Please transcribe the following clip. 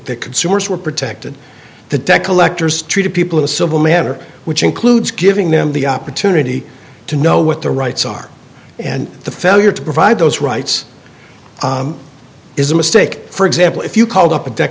the consumers were protected the debt collectors treated people in a civil manner which includes giving them the opportunity to know what their rights are and the failure to provide those rights is a mistake for example if you called up a